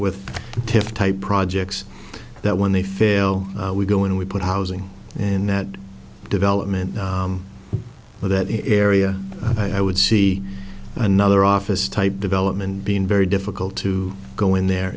with tift type projects that when they fail we go and we put housing and that development for that area i would see another office type development being very difficult to go in there